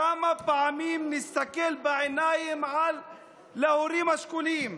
כמה פעמים נסתכל בעיניים להורים השכולים.